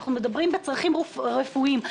אנחנו מדברים בצרכים רפואיים.